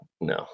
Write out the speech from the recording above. no